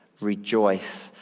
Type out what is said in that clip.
rejoice